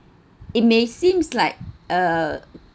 it may seems like uh